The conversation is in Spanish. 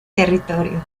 territorio